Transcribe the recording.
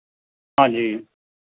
ਹਾਂਜੀ